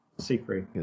Secret